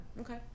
Okay